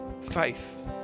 faith